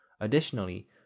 Additionally